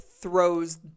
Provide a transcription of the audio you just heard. throws